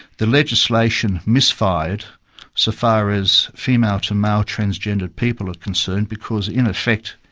the legislation misfired so far as female to male transgendered people are concerned, because in effect,